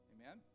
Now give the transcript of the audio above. Amen